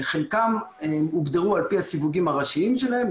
חלקם הוגדרו על פי הסיווגים הראשיים שלהם.